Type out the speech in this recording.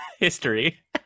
History